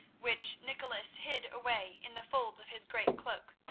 which nicholas hid away in the folds of his great cloak.